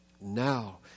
Now